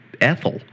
Ethel